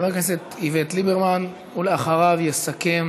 חבר הכנסת איווט ליברמן, ואחריו יסכם